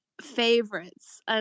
favorites